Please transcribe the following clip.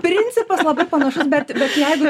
principas labai panašus bet jeigu